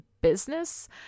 business